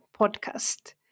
podcast